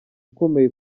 ukomeye